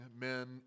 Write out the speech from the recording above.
men